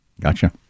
Gotcha